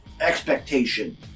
expectation